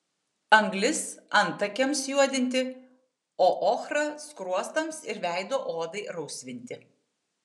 anglis antakiams juodinti o ochra skruostams ir veido odai rausvinti